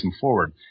forward